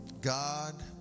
God